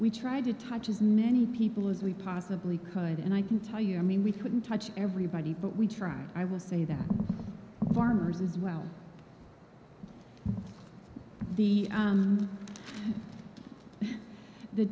we try to touch as many people as we possibly could and i can tell you i mean we couldn't touch everybody but we tried i will say that farmers is well the